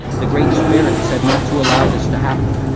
the great spirit said not to allow this to happen.